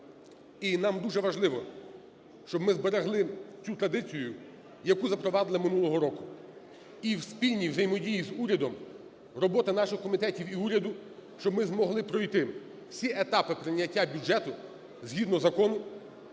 нам дуже важливо, щоб ми зберегли цю традицію, яку запровадили минулого року. І у спільній взаємодії з урядом, робота наших комітетів і уряду, щоб ми змогли пройти всі етапи прийняття бюджету згідно закону